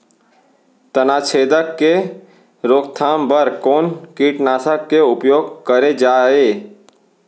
तनाछेदक के रोकथाम बर कोन कीटनाशक के उपयोग करे जाये?